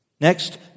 Next